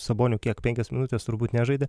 saboniu kiek penkios minutės turbūt nežaidė